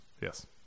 yes